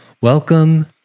Welcome